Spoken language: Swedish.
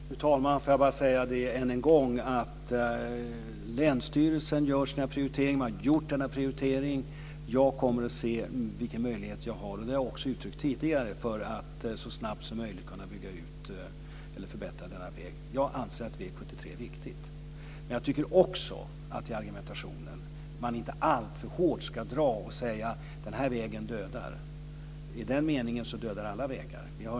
Fru talman! Jag vill än en gång säga att länsstyrelsen gör sina prioriteringar. Man har gjort denna prioritering. Jag kommer att se vilka möjligheter jag har - det har jag också uttryckt tidigare - att så snabbt som möjligt kunna bygga ut eller förbättra denna väg. Jag anser att väg 73 är viktig. Men jag tycker också att man i argumentationen inte alltför hårt ska säga att den här vägen dödar. I den meningen så dödar alla vägar.